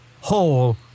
whole